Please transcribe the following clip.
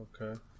okay